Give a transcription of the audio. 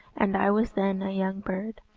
and i was then a young bird,